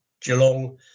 Geelong